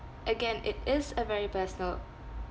again it is a very personal